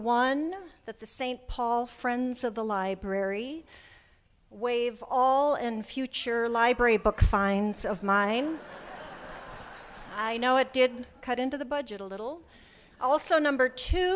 one that the st paul friends of the library waive all and future library book finds of mine i know it did cut into the budget a little also number t